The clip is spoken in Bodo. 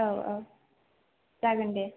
औ औ जागोन दे